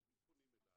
אז אם פונים אליי,